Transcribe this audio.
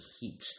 heat